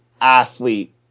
athlete